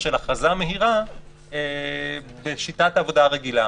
של הכרזה מהירה בשיטת העבודה הרגילה.